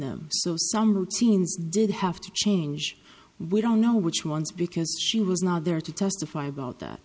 so some routines did have to change we don't know which ones because she was not there to testify about that